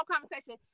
conversation